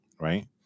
right